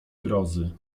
grozy